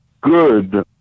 good